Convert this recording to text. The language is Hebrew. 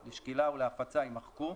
"לשקילה" ול"הפצה" יימחקו,